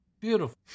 beautiful